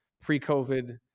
pre-covid